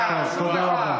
חשוב לך לדעת.